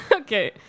Okay